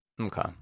Okay